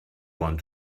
want